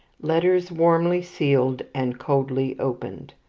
letters warmly sealed and coldly opened.